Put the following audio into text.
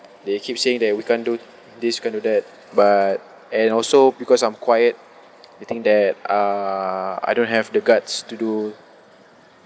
they keep saying that we can't do this we can't do that but and also because I'm quiet they think that uh I don't have the guts to do